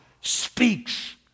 speaks